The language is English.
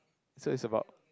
so it's about